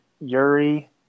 Yuri